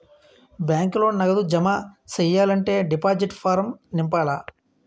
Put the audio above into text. బ్యాంకులో నగదు జమ సెయ్యాలంటే డిపాజిట్ ఫారం నింపాల